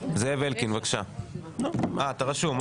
זאב אלקין, אתה רשום.